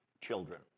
children